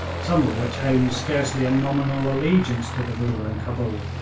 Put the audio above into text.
some of which owned scarcely a nominal allegiance to the ruler in cabul,